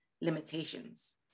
limitations